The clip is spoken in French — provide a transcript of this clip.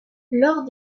lors